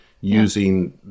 Using